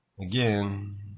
Again